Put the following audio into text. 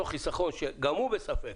אותו חיסכון שגם הוא בספק,